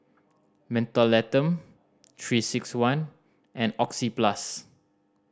Mentholatum Three Six One and Oxyplus